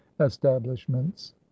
establishments